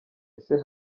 ese